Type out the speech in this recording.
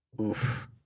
Oof